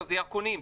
ירקונים,